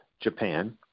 Japan